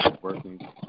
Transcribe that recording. working